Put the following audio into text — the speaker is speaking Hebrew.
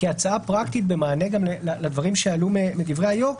כהצעה פרקטית במענה לדברי היושב-ראש,